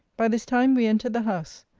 by this time we entered the house.